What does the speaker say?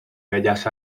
bellas